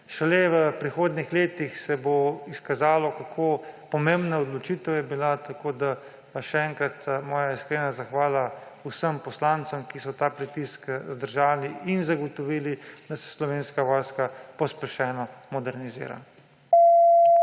Šele v prihodnjih letih se bo izkazalo, kako pomembna odločitev je bila. Tako da še enkrat moja iskrena zahvala vsem poslancem, ki so ta pritisk zdržali in zagotovili, da se Slovenska vojska pospešeno modernizira.